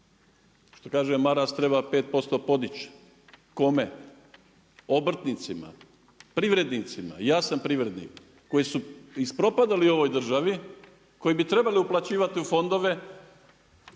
Što kaže Maras treba 5% podići. Kome? Obrtnicima? Privrednicima? I ja sam privrednik koji su ispropadali u ovoj državi, koji bi trebali uplaćivati u fondove